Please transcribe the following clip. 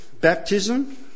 baptism